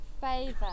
favor